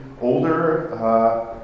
older